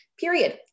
period